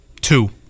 Two